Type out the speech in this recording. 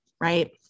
right